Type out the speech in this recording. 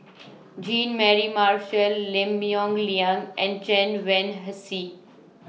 Jean Mary Marshall Lim Yong Liang and Chen Wen Hsi